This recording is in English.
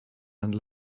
and